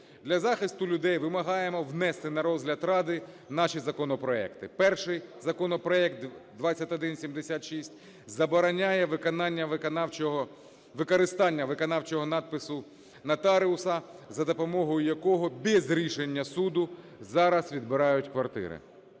Для захисту людей вимагаємо внести на розгляд Ради наші законопроекти. Перший законопроект 2176 забороняє виконання… використання виконавчого надпису нотаріуса, за допомогою якого без рішення суду зараз відбирають квартири.